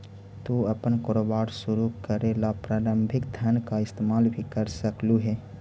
तू अपन कारोबार शुरू करे ला प्रारंभिक धन का इस्तेमाल भी कर सकलू हे